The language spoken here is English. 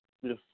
Yes